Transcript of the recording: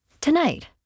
Tonight